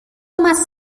más